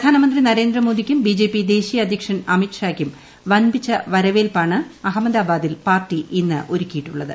പ്രധാനമന്ത്രി നരേന്ദ്രമോദിയ്ക്കും B J P ദേശീയ അധ്യക്ഷൻ അമിത്ഷായ്ക്കും വമ്പിച്ച വരവേൽപ്പാണ് അഹമ്മദാബാദിൽ പാർട്ടി ഇന്ന് ഒരുക്കിയിട്ടുള്ളത്